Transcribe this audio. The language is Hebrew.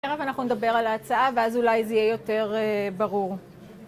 עכשיו אנחנו נדבר על ההצעה ואז אולי זה יהיה יותר ברור.